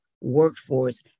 workforce